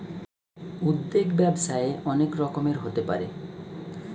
উদ্যোগ ব্যবসায়ে অনেক রকমের হতে পারে